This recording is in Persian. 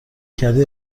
کردی